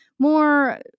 more